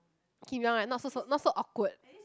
Kim Yong ah not so so not so awkward